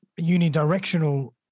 unidirectional